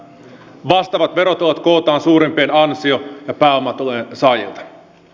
vastaavat verotulot kootaan suurem pien ansio ja pääomatulojen saajilta